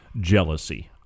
jealousy